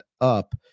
up